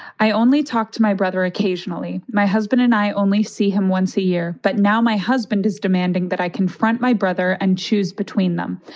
i only talk to my brother occasionally. my husband and i only see him once a year. but now my husband is demanding that i confront my brother and choose between them.